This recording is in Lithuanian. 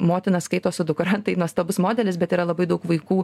motina skaito su dukra tai nuostabus modelis bet yra labai daug vaikų